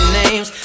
names